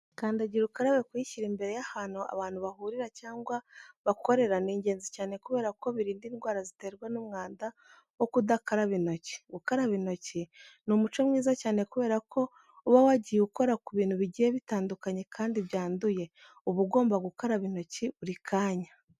Kandagira ukarabe kuyishyira imbere y'ahantu abantu bahurira cyangwa bakorera ni ingenzi cyane kubera ko birinda indwara ziterwa n'umwanda wo kudakaraba intoki. Gukaraba intoki ni umuco mwiza cyane kubera ko uba wagiye ukora ku bintu bigiye bitadukanye kandi byanduye, uba ugomba gukaraba intoki buri kanya.